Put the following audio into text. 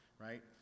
right